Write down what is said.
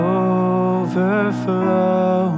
overflow